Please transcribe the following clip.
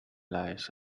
lights